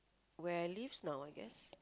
where I lives now I guess